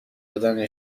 دادن